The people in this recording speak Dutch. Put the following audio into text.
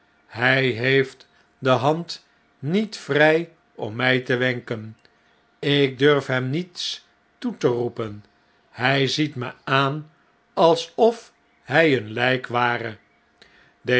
hij heeft de hand niet vrg om my te wenken ik durf hem niets toe te roepen h j ziet me aan alsof hij een lijk ware